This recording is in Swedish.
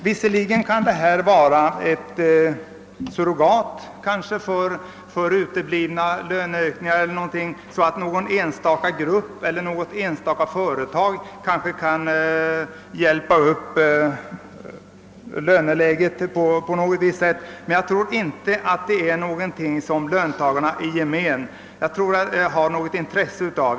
Visserligen kan andel i vinsten bli ett surrogat för uteblivna lönehöjningar, så att någon enstaka grupp eller något enstaka företag på det sättet kan hjälpa upp löneläget, men jag tror inte att det är någonting som löntagarna i gemen har något intresse av.